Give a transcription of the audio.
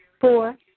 Four